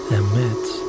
emits